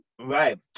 Right